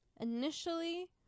Initially